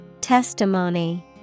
Testimony